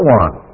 one